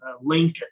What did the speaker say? Lincoln